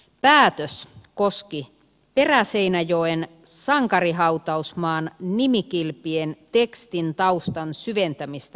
päätös koski peräseinäjoen sankarihautausmaan nimikilpien tekstin taustan syventämistä muutamalla millimetrillä